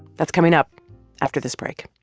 that's coming up after this break